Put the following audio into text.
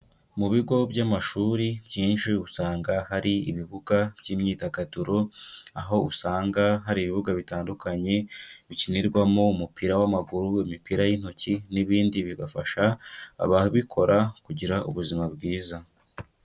Mu bigo by'amashuri byinshi usanga hari ibibuga by'imyidagaduro, aho usanga hari ibibuga bitandukanye bikinirwamo umupira w'amaguru, imipira y'intoki n'ibindi, bigafasha ababikora kugira ubuzima bwiza.